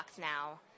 now